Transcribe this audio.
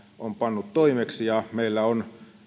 on pannut toimeksi ja meillä on